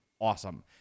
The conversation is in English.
awesome